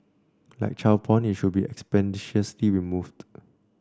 like child porn it should be expeditiously removed